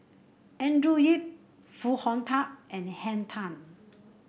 Andrew Yip Foo Hong Tatt and Henn Tan